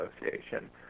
Association